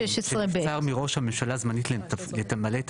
16 ב' נבצר מראש הממשלה זמנית למלא את